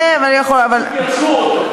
גירשו אותו.